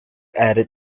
added